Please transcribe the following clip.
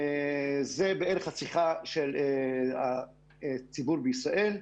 וזו בערך הצריכה של הציבור בישראל.